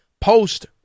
post